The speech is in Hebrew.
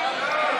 סעיפים